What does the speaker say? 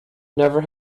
never